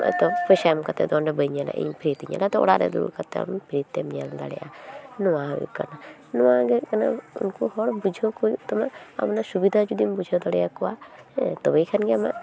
ᱯᱚᱭᱥᱟ ᱮᱢ ᱠᱟᱛᱮᱫᱚ ᱵᱟᱹᱧ ᱧᱮᱞᱟ ᱤᱧ ᱯᱷᱤᱛᱮᱧ ᱧᱮᱞᱟ ᱚᱲᱟᱨᱮ ᱫᱩᱲᱩᱠᱟᱛᱮᱢ ᱧᱮᱞ ᱫᱟᱲᱮᱣᱼᱟ ᱱᱩᱣᱟ ᱦᱩᱭᱩ ᱠᱟᱱᱟ ᱱᱩᱣᱟ ᱜᱮ ᱦᱩᱭᱩ ᱠᱟᱱᱟ ᱩᱱᱠᱩ ᱦᱚᱲ ᱵᱩᱡᱦᱟᱹᱣ ᱠᱩ ᱦᱩᱭᱩ ᱛᱟᱢᱟ ᱟᱢ ᱥᱩᱵᱤᱫᱷᱟ ᱡᱩᱫᱤᱢ ᱵᱩᱡᱦᱟᱹᱣ ᱫᱟᱲᱮᱣ ᱠᱚᱣᱟ ᱦᱮ ᱛᱚᱵᱮ ᱠᱷᱟᱱ ᱜᱮ ᱟᱢᱟ